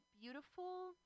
beautiful